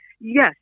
yes